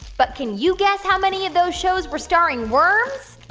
but can you guess how many of those shows were starring worms?